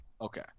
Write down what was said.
Okay